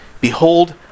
Behold